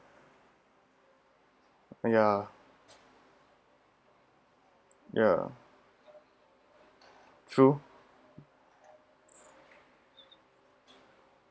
ya ya true